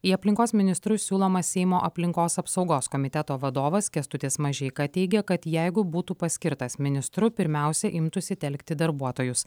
į aplinkos ministrus siūlomas seimo aplinkos apsaugos komiteto vadovas kęstutis mažeika teigia kad jeigu būtų paskirtas ministru pirmiausia imtųsi telkti darbuotojus